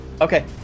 Okay